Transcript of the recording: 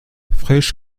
frisch